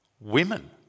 women